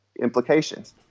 implications